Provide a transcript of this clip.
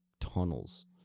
tunnels